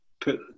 put